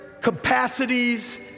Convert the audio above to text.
capacities